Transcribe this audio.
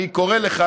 אני קורא לך,